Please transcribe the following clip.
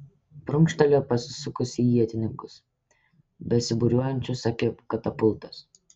prunkštelėjo pasisukusi į ietininkus besibūriuojančius apie katapultas